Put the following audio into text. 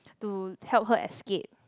to help her escape